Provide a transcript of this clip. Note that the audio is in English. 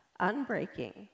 unbreaking